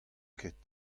ket